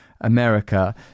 America